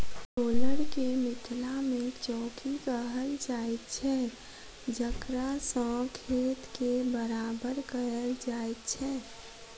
roller के मिथिला मे चौकी कहल जाइत छै जकरासँ खेत के बराबर कयल जाइत छै